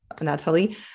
Natalie